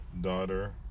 Daughter